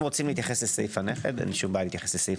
אם רוצים להתייחס לסעיף הנכד, אפשר,